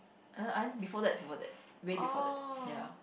err I mean before that before that way before that ya